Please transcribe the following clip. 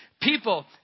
People